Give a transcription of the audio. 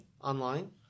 online